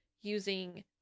using